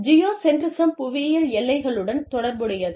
ஜியோ சென்ட்ரிஸ்ம் புவியியல் எல்லைகளுடன் தொடர்புடையது